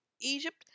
Egypt